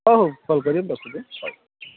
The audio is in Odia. ହଉ ହଉ